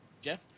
jeff